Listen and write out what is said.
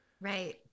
Right